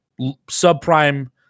subprime